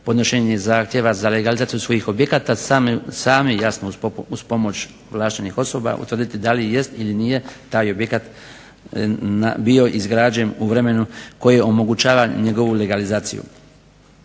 podnošenje zahtjeva za legalizaciju svojih objekata sami, jasno uz pomoć ovlaštenih osoba, utvrditi da li jest ili nije taj objekt bio izgrađen u vremenu koji omogućava njegovu legalizaciju.